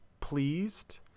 pleased